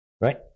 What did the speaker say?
right